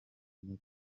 kimwe